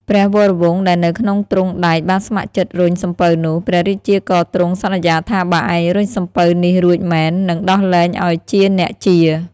ព្រះវរវង្សដែលនៅក្នុងទ្រុងដែកបានស្ម័គ្រចិត្តរុញសំពៅនោះ ព្រះរាជាក៏ទ្រង់សន្យាថាបើឯងរុញសំពៅនេះរួចមែន នឹងដោះលែងឲ្យជាអ្នកជា.